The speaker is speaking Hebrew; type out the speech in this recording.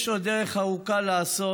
יש עוד דרך ארוכה לעשות,